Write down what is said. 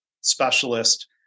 specialist